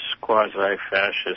quasi-fascist